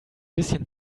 bisschen